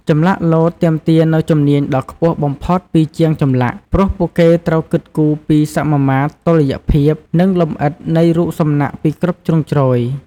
ចម្លាក់លោតទាមទារនូវជំនាញដ៏ខ្ពស់បំផុតពីជាងចម្លាក់ ព្រោះពួកគេត្រូវគិតគូរពីសមាមាត្រ តុល្យភាព និងលម្អិតនៃរូបសំណាកពីគ្រប់ជ្រុងជ្រោយ។